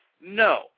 No